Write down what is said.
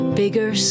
bigger